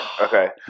Okay